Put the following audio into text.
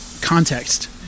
context